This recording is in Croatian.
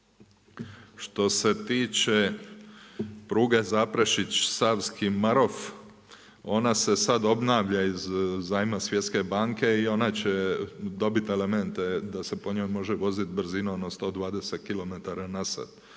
Što se tiče pruge Zaprešić – Savski Marof ona se sad obnavlja iz zajma Svjetske banke i ona će dobit elemente da se po njoj može vozit brzinom od 120 km na sat.